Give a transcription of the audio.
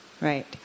right